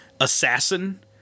assassin